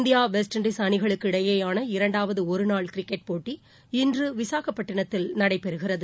India West Indies அணிகளுக்கு இடையேயான இரண்டாவது ஒருநாள் கிரிக்கெட் போட்டி இன்று விசாகப்பட்டினத்தில் நடைபெறுகிறது